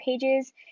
pages